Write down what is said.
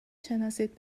شناسید